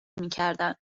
میکردند